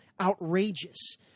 outrageous